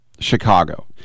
Chicago